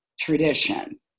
tradition